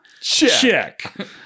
Check